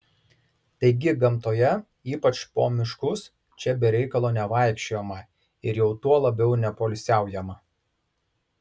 taigi gamtoje ypač po miškus čia be reikalo nevaikščiojama ir jau tuo labiau nepoilsiaujama